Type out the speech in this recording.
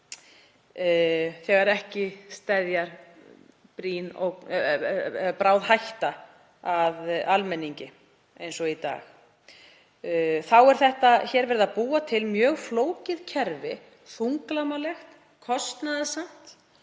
þegar ekki steðjar bráð hætta að almenningi eins og í dag. Hér er verið að búa til mjög flókið kerfi, þunglamalegt, kostnaðarsamt,